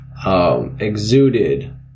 Exuded